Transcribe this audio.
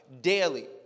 daily